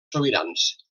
sobirans